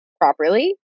properly